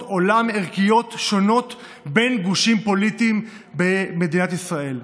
עולם ערכיות שונות בין גושים פוליטיים במדינת ישראל.